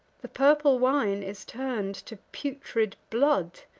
the purple wine is turn'd to putrid blood,